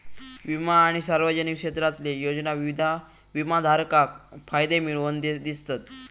विमा आणि सार्वजनिक क्षेत्रातले योजना विमाधारकाक फायदे मिळवन दितत